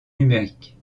numériques